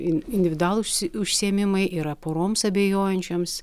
in individualūs užs užsiėmimai yra poroms abejojančioms